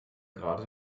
gerade